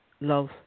love